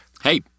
Hey